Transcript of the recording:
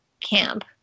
camp